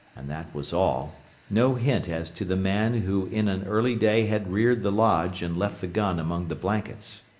and that was all no hint as to the man who in an early day had reared the lodge and left the gun among the blankets.